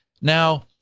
Now